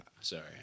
Sorry